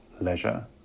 leisure